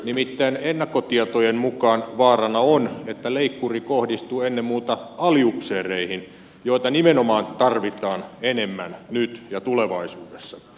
nimittäin ennakkotietojen mukaan vaarana on että leikkuri kohdistuu ennen muuta aliupseereihin joita nimenomaan tarvitaan enemmän nyt ja tulevaisuudessa